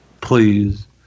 Please